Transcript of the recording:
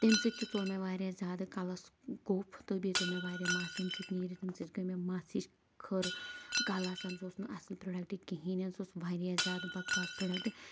تَمہِ سۭتۍ تہِ ژوٚل مےٚ واریاہ زیادٕ کَلَس کُف تہٕ بیٚیہِ ژوٚل مےٚ واریاہ تَمہِ سٍتۍ مَس نیٖرِتھ تَمہِ سۭتۍ گٔے مےٚ مَس ہِش کٔھر کَلَس سُہ اوس نہٕ اَصٕل پرٛوڈکٹہٕ کِہیٖنٛۍ نہٕ سُہ اوس واریاہ زیادٕ بکواس پرٛوڈکٹہٕ